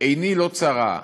עיני לא צרה.